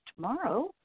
tomorrow